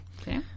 Okay